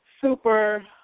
super